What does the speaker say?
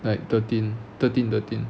like thirteen thirteen thirteen